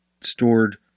stored